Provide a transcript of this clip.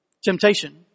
temptation